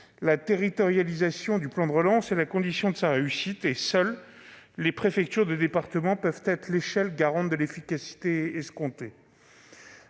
la territorialisation du plan de relance est la condition de sa réussite. Et seules les préfectures de département peuvent être l'échelle garante de l'efficacité escomptée.